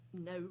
no